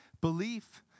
Belief